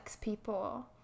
people